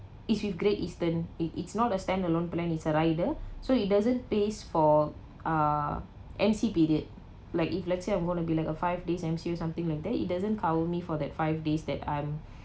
it's with Great Eastern it it's not a standalone plan it's a rider so it doesn't pays for uh M_C period like if let's say I going to be like a five days M_C or something like that it doesn't cover me for that five days that I'm